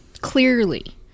clearly